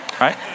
right